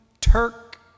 Turk